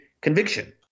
conviction